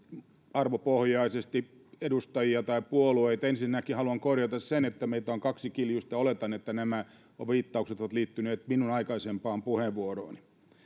arvopohjaisesti edustajia tai puolueita ensinnäkin haluan korjata sen että meitä on kaksi kiljusta ja oletan että nämä viittaukset ovat liittyneet minun aikaisempaan puheenvuorooni